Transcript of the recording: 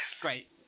Great